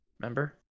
Remember